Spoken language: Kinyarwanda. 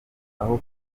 aho